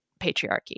patriarchy